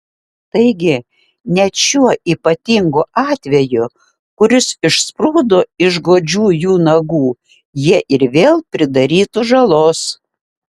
taigi net šiuo ypatingu atveju kuris išsprūdo iš godžių jų nagų jie ir vėl pridarytų žalos